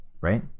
right